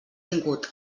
tingut